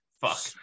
Fuck